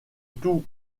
tout